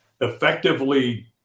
effectively